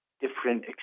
different